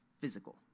physical